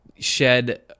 shed